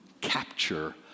capture